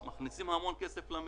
אנחנו ועמותות אחרות קנינו מזון,